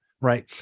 Right